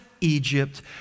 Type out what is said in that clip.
Egypt